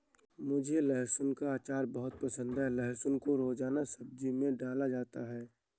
मुझे लहसुन का अचार बहुत पसंद है लहसुन को रोजाना सब्जी में डाला जाता है